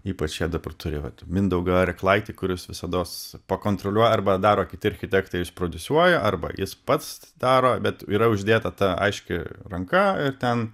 ypač jie dabar turi vat mindaugą rėklaitį kuris visados pakontroliuoja arba daro kiti architektai išprodiusuoja arba jis pats daro bet yra uždėta ta aiški ranka ir ten